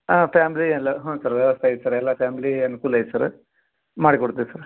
ಹಾಂ ಫ್ಯಾಮ್ಲಿ ಎಲ್ಲ ಹ್ಞೂ ಸರ್ ವ್ಯವಸ್ಥೆ ಐತೆ ಸರ್ ಎಲ್ಲ ಫ್ಯಾಮ್ಲಿ ಅನುಕೂಲ ಐತೆ ಸರ ಮಾಡಿ ಕೊಡ್ತೀವಿ ಸರ್